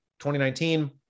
2019